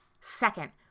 Second